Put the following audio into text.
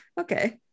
Okay